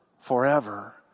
forever